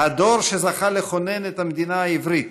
הדור שזכה לכונן את המדינה העברית,